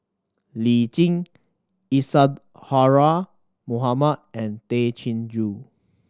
Lee Tjin Isadhora Mohamed and Tay Chin Joo